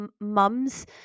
mums